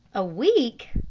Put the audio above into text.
a week!